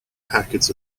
packets